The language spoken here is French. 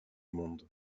monde